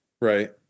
right